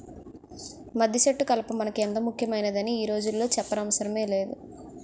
మద్దిసెట్టు కలప మనకి ఎంతో ముక్యమైందని ఈ రోజుల్లో సెప్పనవసరమే లేదు